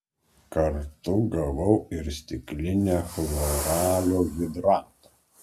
kartu gavau ir stiklinę chloralio hidrato